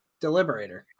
Deliberator